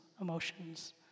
emotions